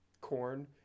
corn